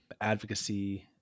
advocacy